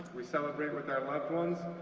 we celebrate with our loved ones,